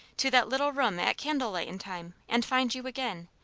to that little room at candle-lightin' time, and find you again,